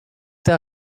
der